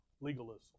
legalism